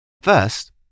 First